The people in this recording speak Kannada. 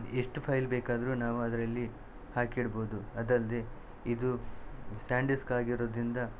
ಎಷ್ಟು ಫೈಲ್ ಬೇಕಾದರೂ ನಾವದರಲ್ಲಿ ಹಾಕಿಡಬಹುದು ಅದಲ್ಲದೆ ಇದು ಸ್ಯಾನ್ಡಿಸ್ಕ್ ಆಗಿರೋದ್ರಿಂದ